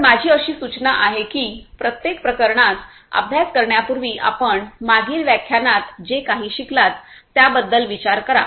तर माझी अशी सूचना आहे की प्रत्येक प्रकरणात अभ्यास करण्यापूर्वी आपण मागील व्याख्यानात जे काही शिकलात त्याबद्दल विचार करा